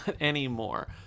anymore